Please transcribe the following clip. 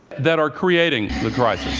that are creating the crisis.